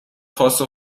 خواست